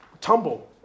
tumble